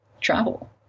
travel